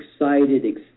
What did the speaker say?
excited